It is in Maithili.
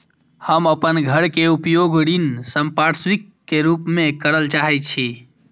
हम अपन घर के उपयोग ऋण संपार्श्विक के रूप में करल चाहि छी